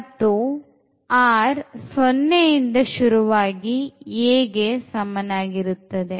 ಮತ್ತು r ಸೊನ್ನೆಯಿಂದ ಶುರುವಾಗಿ a ಗೆ ಸಮನಾಗಿರುತ್ತದೆ